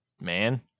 Man